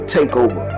Takeover